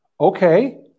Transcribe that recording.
okay